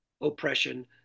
oppression